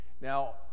now